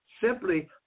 simply